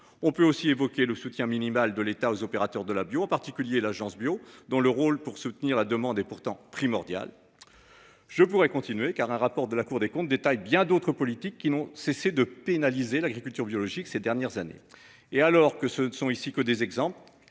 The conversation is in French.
On peut aussi évoquer le soutien minimal de l'État aux opérateurs de la bio en particulier l'Agence Bio dans le rôle pour soutenir la demande est pourtant primordial. Je pourrais continuer car un rapport de la Cour des comptes détaille bien d'autres politiques qui n'ont cessé de pénaliser l'agriculture biologique. Ces dernières années et alors que ce ne sont ici que des exemples.